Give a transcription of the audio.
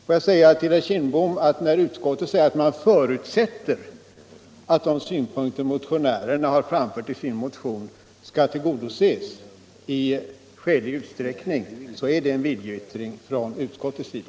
Får jag säga till herr Kindbom, att när utskottet förutsätter att de synpunkter som framförts i den motion herr Kindbom här talar för skall tillgodoses i skälig utsträckning, så är det en viljeyttring från utskottets sida.